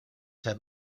have